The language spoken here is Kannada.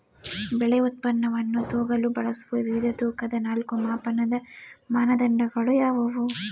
ಬೆಳೆ ಉತ್ಪನ್ನವನ್ನು ತೂಗಲು ಬಳಸುವ ವಿವಿಧ ತೂಕದ ನಾಲ್ಕು ಮಾಪನದ ಮಾನದಂಡಗಳು ಯಾವುವು?